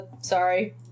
sorry